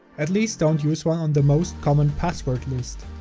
at least don't use one on the most common password list.